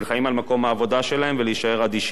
על מקום העבודה שלהם ולהישאר אדישים.